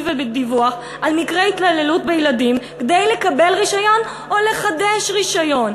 ובדיווח על מקרי התעללות בילדים כדי לקבל רישיון או לחדש רישיון.